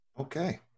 Okay